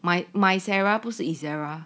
misarah 不是 ezerra